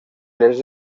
les